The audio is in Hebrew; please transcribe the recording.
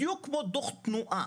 בדיוק כמו דוח תנועה.